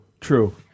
True